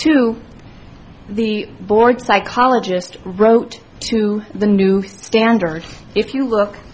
to the board psychologist wrote to the new standard if you